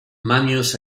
manius